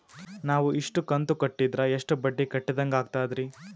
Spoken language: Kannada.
ನಾವು ಇಷ್ಟು ಕಂತು ಕಟ್ಟೀದ್ರ ಎಷ್ಟು ಬಡ್ಡೀ ಕಟ್ಟಿದಂಗಾಗ್ತದ್ರೀ?